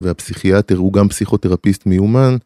והפסיכיאטר הוא גם פסיכותרפיסט מיומן.